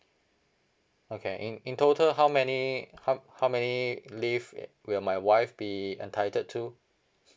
okay in in total how many how how many leave uh will my wife be entitled to